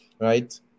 right